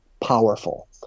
powerful